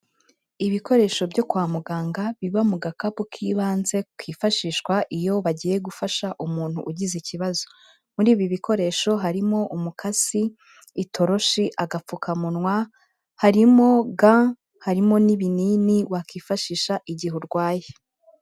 Ibikoresho byo kwa muganga biba mu gakapu k'ibanze kifashishwa iyo bagiye gufasha umuntu ugize ikibazo. Muri ibi bikoresho harimo: umukasi, itoroshi, agapfukamunwa, harimo ga, harimo n'ibinini wakWifashisha igihe urwaye.